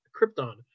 Krypton